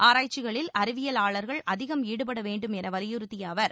ஆராய்ச்சிகளில் அறிவியலாளர்கள் அதிகம் ஈடுபட வேண்டும் என வலியுறுத்திய அவர்